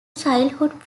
childhood